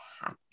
happy